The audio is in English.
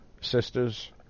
sisters